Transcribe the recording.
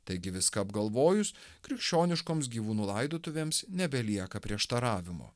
taigi viską apgalvojus krikščioniškoms gyvūnų laidotuvėms nebelieka prieštaravimo